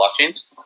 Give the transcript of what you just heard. blockchains